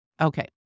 Okay